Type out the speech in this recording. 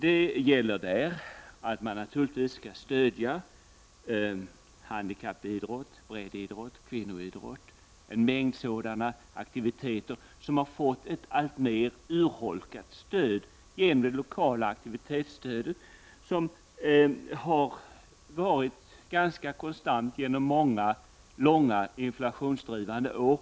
Det framgår av reservationen att handikappidrott naturligtvis skall stödjas, liksom breddidrott, kvinnoidrott och en mängd sådana aktiviteter som har fått sitt stöd alltmer urholkat genom att det lokala aktivitetsstödet har varit ganska konstant under många långa inflationsdrivande år.